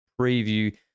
Preview